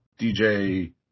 DJ